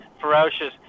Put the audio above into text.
ferocious